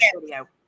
video